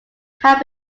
had